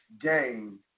game